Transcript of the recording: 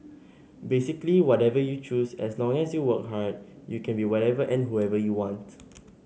basically whatever you choose as long as you work hard you can be whatever and whoever you want